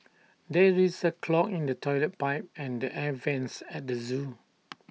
there is A clog in the Toilet Pipe and the air Vents at the Zoo